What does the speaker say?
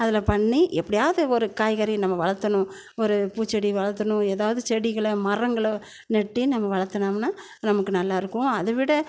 அதில் பண்ணி எப்படியாவுது ஒரு காய்கறி நம்ம வளர்துணும் ஒரு பூச்செடி வளர்துணும் ஏதாவுது செடிகளை மரங்களோ நட்டு நம்ம வளர்துனோம்னா நமக்கு நல்லாயிருக்கும் அதை விட